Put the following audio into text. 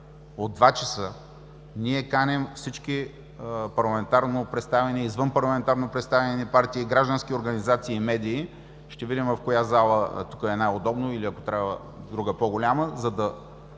от 14,00 ч., ние каним всички парламентарно представени и извънпарламентарно представени партии, граждански организации и медии – ще видим в коя зала е най-удобно, или ако трябва в друга, по-голяма, за да